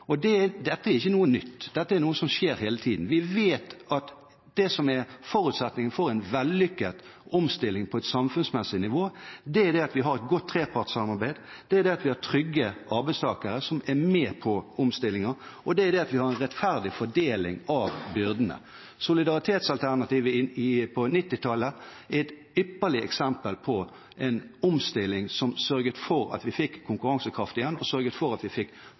Dette er ikke noe nytt, dette er noe som skjer hele tiden. Vi vet at forutsetningene for en vellykket omstilling på et samfunnsmessig nivå er at vi har et godt trepartssamarbeid, at vi har trygge arbeidstakere som er med på omstillingen, og at vi har en rettferdig fordeling av byrdene. Solidaritetsalternativet på 1990-tallet er et ypperlig eksempel på en omstilling som sørget for at vi fikk konkurransekraft igjen, og sørget for at vi fikk